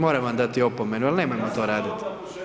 Moram vam dati opomenu, ali nemojmo to raditi.